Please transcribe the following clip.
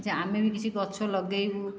ଯେ ଆମେ ବି କିଛି ଗଛ ଲଗାଇବୁ